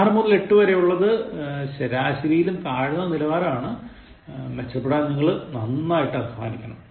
6 മുതൽ 8 വരെയുള്ളത് ശരാശരിയിലും താഴ്ന്ന നിലവാരമാണ് മെച്ചപ്പെടാൻ നിങ്ങൾ നന്നായി അധ്വാനിക്കണം